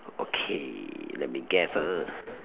okay let me guess ah